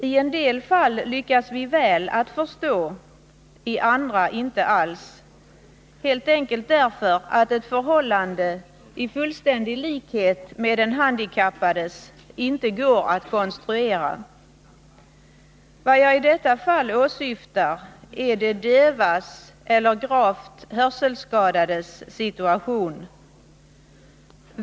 I en del fall lyckas vi väl att förstå, i andra inte alls, helt enkelt därför att ett förhållande i fullständig likhet med den handikappades inte går att konstruera. Vad jag i detta fall åsyftar är de dövas eller gravt hörselskadades situation.